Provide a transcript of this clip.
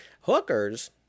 Hookers